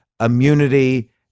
immunity